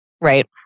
Right